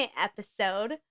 episode